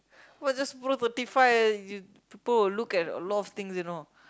what just pro thirty five people will look at a lot of things you know